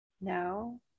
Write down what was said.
No